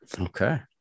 Okay